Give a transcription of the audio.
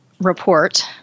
report